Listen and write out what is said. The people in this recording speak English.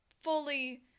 Fully